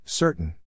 Certain